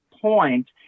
point